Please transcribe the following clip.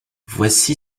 voici